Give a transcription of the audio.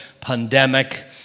pandemic